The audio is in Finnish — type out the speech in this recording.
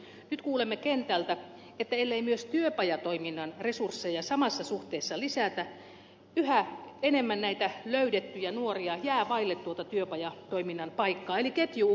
nyt kuulemme kentältä että ellei myös työpajatoiminnan resursseja samassa suhteessa lisätä yhä enemmän näitä löydettyjä nuoria jää vaille tuota työpajatoiminnan paikkaa eli ketju uhkaa siis katketa